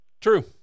True